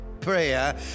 prayer